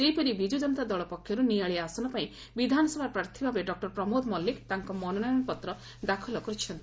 ସେହିପରି ବିଜୁ ଜନତା ଦଳ ପକ୍ଷର୍ ନିଆଳି ଆସନ ପାଇଁ ବିଧାନସଭା ପ୍ରାର୍ଥୀ ଭାବେ ଡକୁର ପ୍ରମୋଦ ମଲ୍କୁକ ତାଙ୍କ ମନୋନୟନପତ୍ର ଦାଖଲ କରିଛନ୍ତି